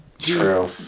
True